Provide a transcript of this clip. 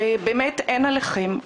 באמת אין עליכם.